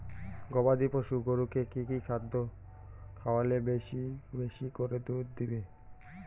গবাদি পশু গরুকে কী কী খাদ্য খাওয়ালে বেশী বেশী করে দুধ দিবে?